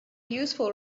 useful